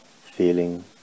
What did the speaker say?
feeling